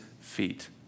feet